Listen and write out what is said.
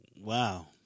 Wow